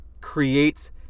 creates